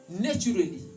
naturally